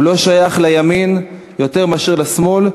הוא לא שייך לימין יותר מאשר לשמאל.